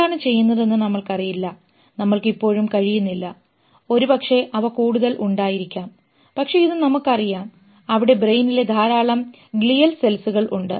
എന്താണ് ചെയ്യുന്നതെന്ന് നമ്മൾക്ക് അറിയില്ല നമ്മൾക്ക് ഇപ്പോഴും കഴിയുന്നില്ല ഒരുപക്ഷേ അവ കൂടുതൽ ഉണ്ടായിരിക്കാം പക്ഷേ ഇത് നമുക്കറിയാം അവിടെ ബ്രെയിനിലെ ധാരാളം glial cellsകൾ ഉണ്ട്